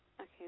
Okay